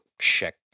check